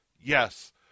yes